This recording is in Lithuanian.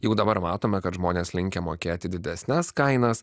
juk dabar matome kad žmonės linkę mokėti didesnes kainas